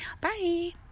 Bye